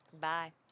Bye